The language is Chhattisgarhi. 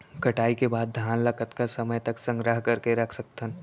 कटाई के बाद धान ला कतका समय तक संग्रह करके रख सकथन?